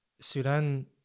Sudan